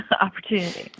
opportunity